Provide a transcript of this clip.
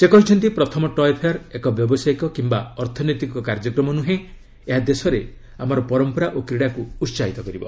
ସେ କହିଛନ୍ତି ପ୍ରଥମ ଟୟେ ଫେୟାର ଏକ ବ୍ୟବସାୟିକ କିମ୍ବା ଅର୍ଥନୈତିକ କାର୍ଯ୍ୟକ୍ରମ ନୁହେଁ ଏହା ଦେଶରେ ଆମର ପରମ୍ପରା ଓ କ୍ରୀଡ଼ାକୁ ଉସାହିତ କରିବ